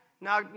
Now